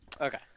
Okay